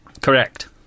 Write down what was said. Correct